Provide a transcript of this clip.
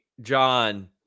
John